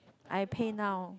I PayNow